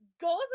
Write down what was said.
goes